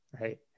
Right